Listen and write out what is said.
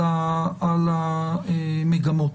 המגמות.